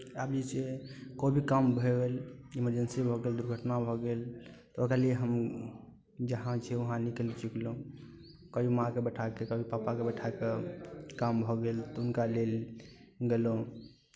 आब जे छै कोइ भी काम भऽ गेल इमर्जेन्सीमे अपन दुर्घटना भऽ गेल दुर्घटना भऽ गेल तऽ ओकरा लिए हम जहाँ छै वहाँ निकलि चुकलहुँ कभी माँके बैठा कऽ कभी पापाके बैठा कऽ काम भऽ गेल तऽ हुनका लऽ गेलहुँ